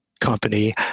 company